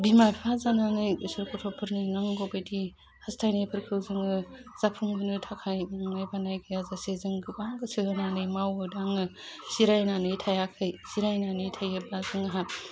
बिमा बिफा जानानै एसे गथ'फोरनि नांगौबायदि हास्थायनायफोरखौ जोङो जाफुं होनो थाखाय नुनाय बानाय गैयाजासे जों गोबां गोसो होनानै मावो दाङो जिरायनानै थायाखै जिरायनानै थायोब्ला जोंहा